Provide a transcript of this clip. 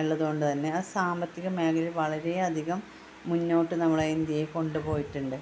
ഇള്ളതുകൊണ്ട് തന്നെ അത് സാമ്പത്തിക മേഖലയെ വളരെയധികം മുന്നോട്ട് നമ്മുടെ ഇന്ത്യയെ കൊണ്ടുപോയിട്ടുണ്ട്